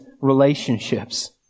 relationships